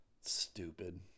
Stupid